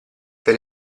per